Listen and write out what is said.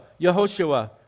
Yehoshua